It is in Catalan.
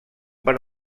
per